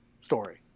story